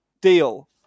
deal